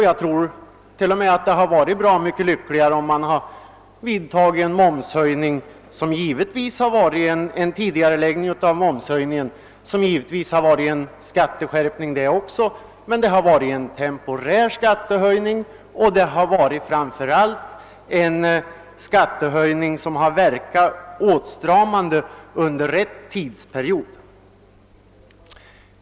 Jag tror t.o.m. att det hade varit bra mycket lyckligare om man hade tidigarelagt momshöjningen. Givetvis hade också det inneburit en skatteskärpning, men denna hade varit temporär, och framför allt hade den verkat åtstramande under rätt tidsperiod.